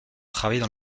travaillé